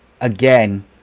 again